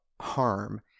harm